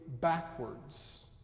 backwards